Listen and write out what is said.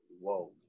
Whoa